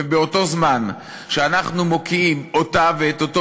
ובאותו זמן שאנחנו מוקיעים אותה ואת אותו